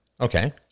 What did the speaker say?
Okay